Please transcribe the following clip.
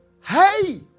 Hey